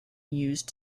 used